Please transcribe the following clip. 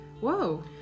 Whoa